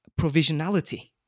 provisionality